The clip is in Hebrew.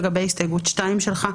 לגבי הסתייגות 2 שלך.